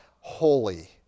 holy